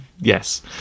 yes